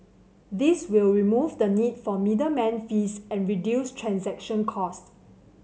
this will remove the need for middleman fees and reduce transaction cost